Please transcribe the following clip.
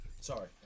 Sorry